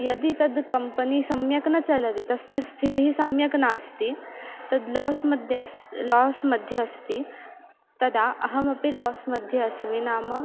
यदि तद् कम्पनी सम्यक् न चलति तस्य स्थितिः सम्यक् नास्ति तद् लास् मध्ये अस् लास् मध्ये अस्ति तदा अहमपि लास् मध्ये अस्मि नाम